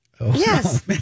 Yes